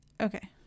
Okay